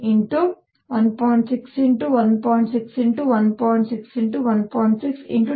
110 311